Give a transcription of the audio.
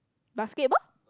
basketball